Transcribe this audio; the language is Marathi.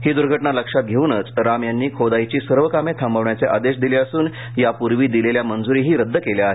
ही दुर्घटना लक्षात घेऊनच राम यांनी खोदाईची सर्व कामे थांबवण्याचे आदेश दिले असून यापूर्वी दिलेल्या मंजूरीही रद्द केल्या आहेत